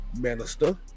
minister